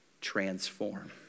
transform